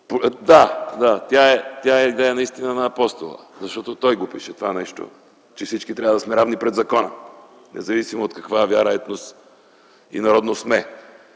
Да, тя е идея на Апостола, защото той пише, че всички трябва да сме равни пред закона, независимо от каква вяра, етнос и народност сме.